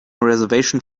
reservation